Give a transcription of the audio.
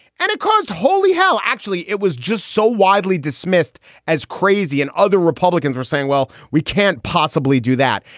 and it caused. holy hell. actually, it was just so widely dismissed as crazy. and other republicans are saying, well, we can't possibly do that.